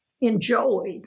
enjoyed